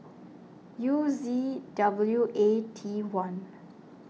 U Z W A T one